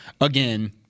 again